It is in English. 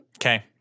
Okay